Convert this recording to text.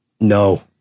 No